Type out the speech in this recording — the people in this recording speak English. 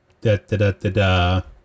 da-da-da-da-da